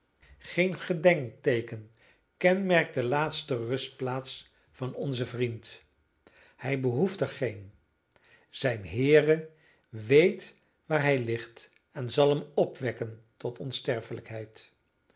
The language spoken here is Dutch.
geen gedenkteeken kenmerkt de laatste rustplaats van onzen vriend hij behoeft er geen zijn heere weet waar hij ligt en zal hem opwekken tot onsterfelijkheid